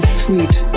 sweet